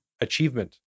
achievement